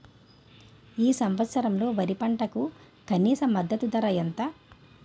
ఈ సంవత్సరంలో వరి పంటకు కనీస మద్దతు ధర ఎంత?